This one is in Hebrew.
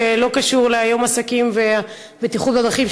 שלא קשור ליום העסקים או ליום הבטיחות בדרכים,